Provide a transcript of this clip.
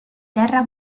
terra